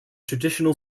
traditional